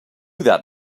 that